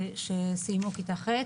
ילדות שסיימו כיתה ח'